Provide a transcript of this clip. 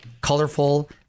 colorful